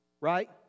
Right